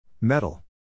Metal